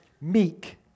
meek